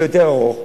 ויותר ארוך.